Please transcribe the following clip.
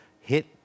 hit